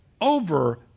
over